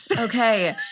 Okay